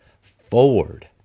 forward